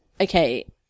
okay